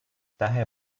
daher